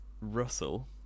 Russell